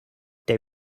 they